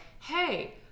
hey